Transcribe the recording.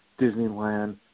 Disneyland